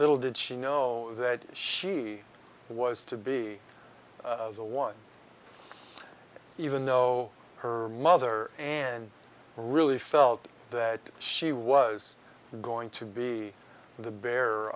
little did she know that she was to be the one even though her mother and really felt that she was going to be the bearer